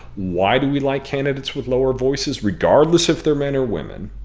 why do we like candidates with lower voices, regardless if they're men or women?